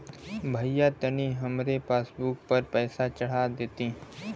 भईया तनि हमरे पासबुक पर पैसा चढ़ा देती